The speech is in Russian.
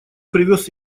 привез